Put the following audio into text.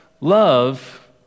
love